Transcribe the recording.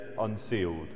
unsealed